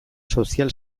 sozial